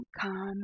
come